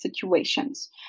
situations